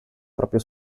proprio